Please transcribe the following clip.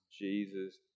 Jesus